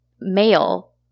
male